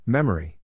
Memory